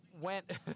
went